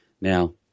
Now